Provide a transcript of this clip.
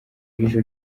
ijisho